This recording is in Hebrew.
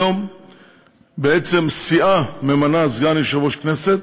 היום בעצם סיעה ממנה סגן ליושב-ראש הכנסת